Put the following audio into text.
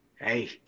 Hey